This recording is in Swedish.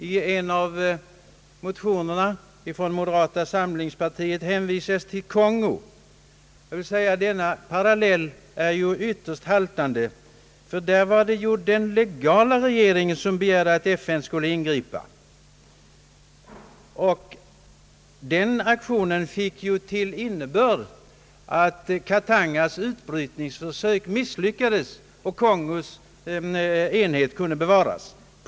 I motionen från moderata samlingspartiet hänvisar man till kriget i Kongo. Den parallellen är dock ytterst haltande, ty där var det den legala regeringen som begärde att FN skulle ingripa. Den FN-aktionen fick till resultat att Katangas utbrytningsförsök misslyckades och Kongos enhet kunde bevaras.